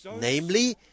namely